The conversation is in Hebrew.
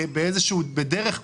בדרך כלשהי,